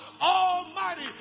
Almighty